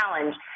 challenge